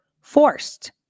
forced